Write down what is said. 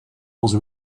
was